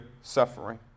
suffering